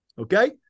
Okay